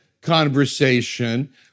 conversation